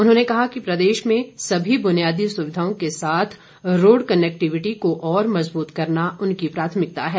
उन्होंने कहा कि प्रदेश में तमाम बुनियादी सुविधाओं के साथ रोड कनेक्टिविटी को और मजबूत करना उनकी प्राथमिकता है